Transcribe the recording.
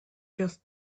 just